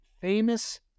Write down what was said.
famous